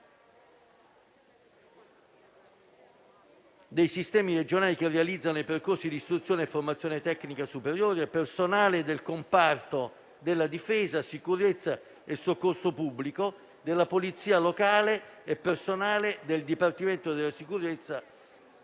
dei sistemi regionali che organizzano percorsi di istruzione e formazione tecnica superiore; personale del comparto della difesa, sicurezza e soccorso pubblico, della polizia locale nonché personale del Dipartimento delle